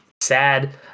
sad